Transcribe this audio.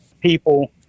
people